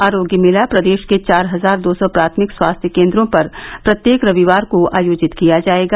आरोग्य मेला प्रदेश के चार हजार दो सौ प्राथमिक स्वास्थ्य केन्द्रो पर प्रत्येक रविवार को आयोजित किया जाएगा